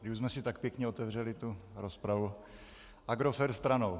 Když už jsme si tak pěkně otevřeli tu rozpravu, Agrofert stranou.